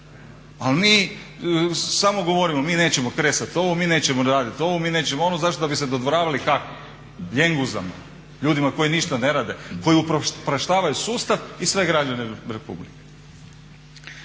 A mi samo govorimo mi nećemo kresati ovo, mi nećemo raditi ono zašto bi se dodvoravali … ljenguzama, koji ništa ne rade koji upropaštavaju sustav i sve građane Republike.